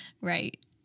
Right